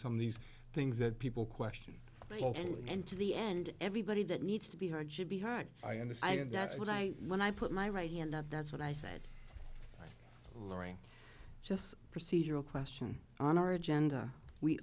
some of these things that people question into the end everybody that needs to be heard should be heard i understand that's what i when i put my right hand up that's what i said laurie just a procedural question on our agenda we